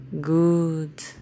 Good